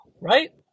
right